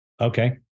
Okay